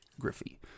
Griffey